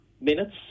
minutes